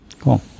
Cool